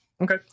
Okay